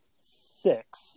six